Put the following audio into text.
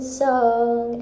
song